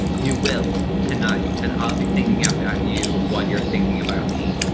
you will tonight and i'll be thinking about you while you're thinking about me.